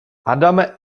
adame